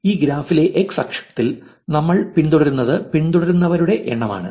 ഈ ഗ്രാഫിലെ x ആക്സിസിൽ നമ്മൾ പിന്തുടരുന്നത് പിന്തുടരുന്നവരുടെ എണ്ണമാണ്